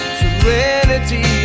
serenity